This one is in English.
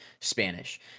Spanish